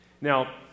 Now